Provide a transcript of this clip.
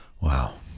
Wow